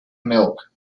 milk